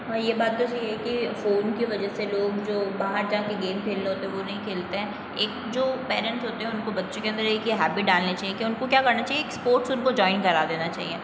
ये बात तो सही है कि फ़ोन की वजह से लोग जो बाहर जा कर गेम खेल रहे होते हैं वो नहीं खेलते हैं एक जो पेरेंट होते हैं उनको बच्चों के अंदर एक ये हैबिट डालनी चाहिए कि उनको क्या करना चाहिए एक स्पोर्ट्स उनको जॉइन करा देना चाहिए